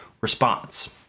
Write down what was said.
response